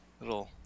little